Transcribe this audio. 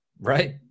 right